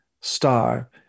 Star